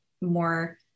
more